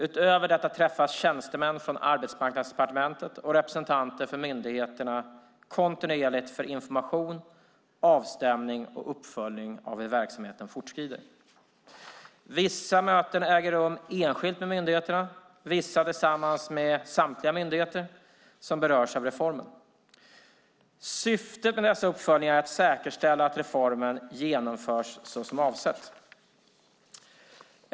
Utöver detta träffas tjänstemän från Arbetsmarknadsdepartementet och representanter för myndigheterna kontinuerligt för information, avstämning och uppföljning av hur verksamheten fortskrider. Vissa möten äger rum enskilt med myndigheterna och vissa tillsammans med samtliga myndigheter som berörs av reformen. Syftet med dessa uppföljningar är att säkerställa att reformen genomförs såsom avsett.